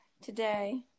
today